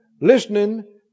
listening